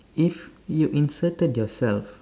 if you inserted yourself